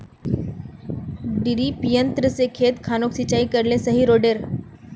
डिरिपयंऋ से खेत खानोक सिंचाई करले सही रोडेर?